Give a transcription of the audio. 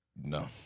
No